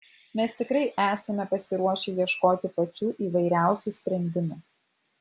mes tikrai esame pasiruošę ieškoti pačių įvairiausių sprendimų